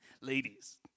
Ladies